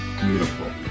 Beautiful